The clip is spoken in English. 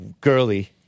girly